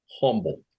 humble